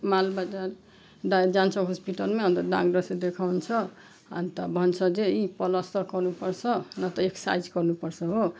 मालबजार डा जान्छ हस्पिटलमा अन्त डाक्टरले देखाउँछ अन्त भन्छ जे यी पल्स्टर गर्नुपर्छ नत्र एक्ससाइज गर्नुपर्छ हो